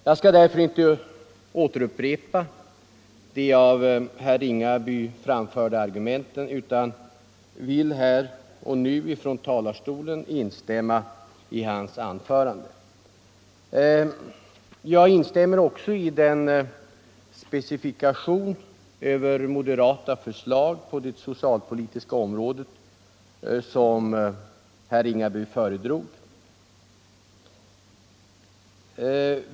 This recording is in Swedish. Jag skall inte upprepa de av herr Ringaby framförda argumenten, utan jag vill bara instämma i vad han därvidlag sagt. Jag instämmer också i den specifikation över moderata förslag på det socialpolitiska området som herr Ringaby föredrog.